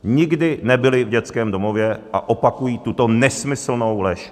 Nikdy nebyli v dětském domově a opakují tuto nesmyslnou lež.